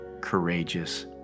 courageous